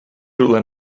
rhywle